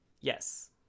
Yes